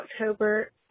October